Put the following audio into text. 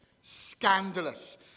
scandalous